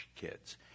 kids